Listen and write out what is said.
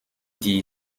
die